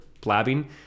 blabbing